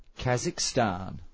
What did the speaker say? Kazakhstan